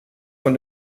von